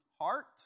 heart